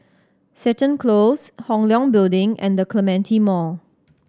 Seton Close Hong Leong Building and The Clementi Mall